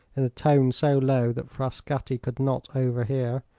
in a tone so low that frascatti could not overhear.